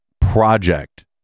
project